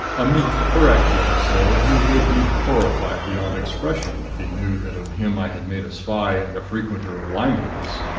a meek, correct little soul, who would be horrified beyond expression if he knew that of him i had made a spy and a frequenter of limehouse!